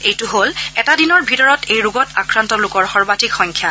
এইটো হ'ল এটা দিনৰ ভিতৰত এই ৰোগত আক্ৰান্ত লোকৰ সৰ্বাধিক সংখ্যা